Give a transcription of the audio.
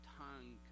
tongue